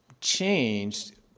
changed